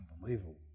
Unbelievable